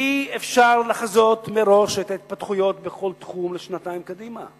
אי-אפשר לחזות מראש את ההתפתחויות בכל תחום לשנתיים קדימה.